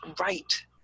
right